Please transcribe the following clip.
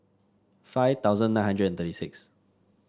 five thousand nine hundred thirty six